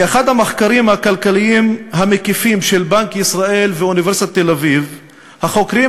באחד המחקרים הכלכליים המקיפים של בנק ישראל ואוניברסיטת תל-אביב החוקרים